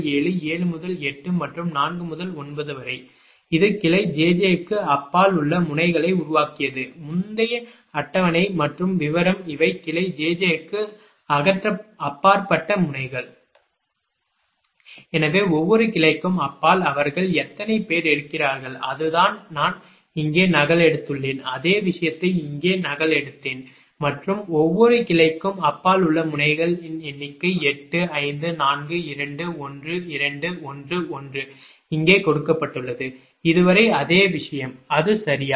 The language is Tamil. of branches beyond jj B 1 1 2 23456789 8 2345678 7 2 2 3 34569 5 3458 4 3 3 4 4569 4 458 3 4 4 5 56 2 5 1 5 5 6 6 1 0 0 6 2 7 78 2 7 1 7 7 8 8 1 0 0 8 4 9 9 1 0 0 எனவே ஒவ்வொரு கிளைக்கும் அப்பால் அவர்கள் எத்தனை பேர் இருக்கிறார்கள் அதுதான் நான் இங்கே நகலெடுத்துள்ளேன் அதே விஷயத்தை இங்கே நகலெடுத்தேன் மற்றும் ஒவ்வொரு கிளைக்கும் அப்பால் உள்ள முனைகள் எண்ணிக்கை 8 5 4 2 1 2 1 1 இங்கே கொடுக்கப்பட்டுள்ளது இது வரை அதே விஷயம் அது சரியா